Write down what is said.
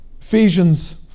Ephesians